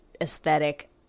aesthetic